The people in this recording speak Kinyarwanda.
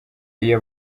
iyo